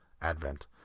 advent